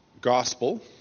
gospel